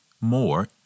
more